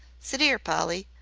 sit ere, polly,